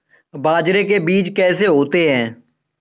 बाजरे के बीज कैसे होते हैं?